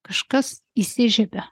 kažkas įsižiebia